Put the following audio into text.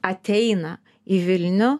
ateina į vilnių